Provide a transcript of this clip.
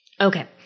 Okay